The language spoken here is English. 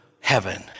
heaven